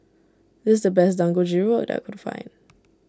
this the best Dangojiru that I can find